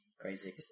crazy